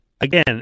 Again